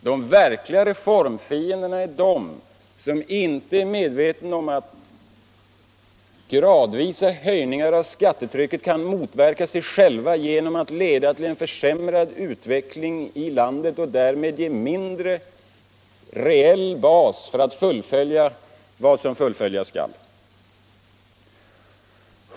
De verkliga reformfienderna är de som inte är medvetna om att gradvisa höjningar av skattetrycket kan motverka syftet med dem genom att leda till en försämrad utveckling i landet och därmed ge mindre reell bas för att fullfölja vad som fullföljas skall.